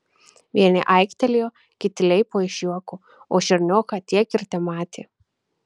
vieni aiktelėjo kiti leipo iš juoko o šernioką tiek ir tematė